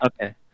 Okay